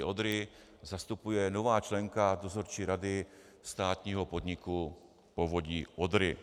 Odry zastupuje nová členka dozorčí rady státního podniku Povodí Odry.